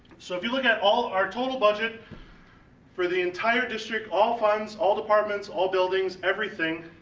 so if you look at all our total budget for the entire district, all funds, all departments, all buildings, everything,